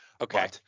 Okay